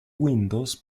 windows